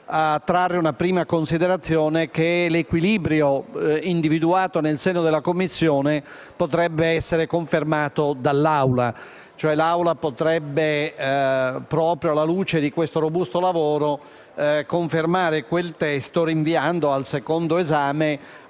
a trarre una prima considerazione: l'equilibrio individuato nel seno della Commissione potrebbe essere confermato dall'Aula, cioè quest'ultima potrebbe, proprio alla luce di questo robusto lavoro, confermare quel testo rinviando al secondo esame